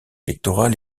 électoral